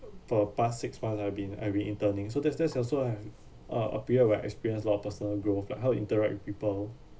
for past six months I've been I've been interning so that's that's also have uh appear where experience a lot of personal growth like how interact with people